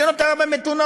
מדינות ערב המתונות.